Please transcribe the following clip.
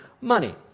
money